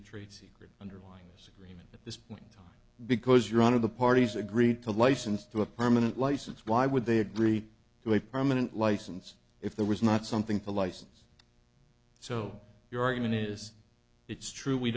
a trade secret underlying freeman at this point because you're one of the parties agreed to license to a permanent license why would they agree to a permanent license if there was not something for a license so your argument is it's true we